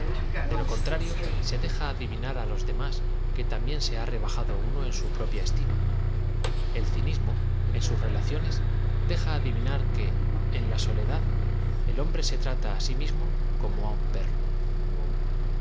de lo contra rio se deja adivinar á los demás que también se ha rebajado uno en au propia estima e l ciniamo en sus relaciones deja adivinar que en la soledad e l hom bre se trata á si ml mo como á un perro